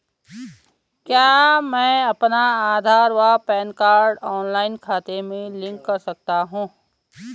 क्या मैं अपना आधार व पैन कार्ड ऑनलाइन खाते से लिंक कर सकता हूँ?